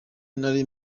nari